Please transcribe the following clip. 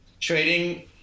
Trading